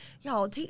y'all